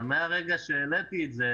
אבל מרגע שהעליתי את זה,